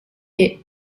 est